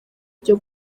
byo